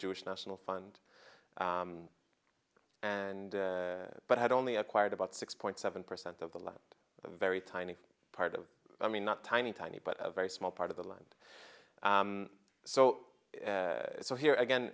jewish national fund and but had only acquired about six point seven percent of the land a very tiny part of i mean not tiny tiny but a very small part of the land so so here again